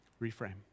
reframe